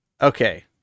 okay